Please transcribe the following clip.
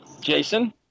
Jason